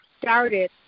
started